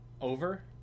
over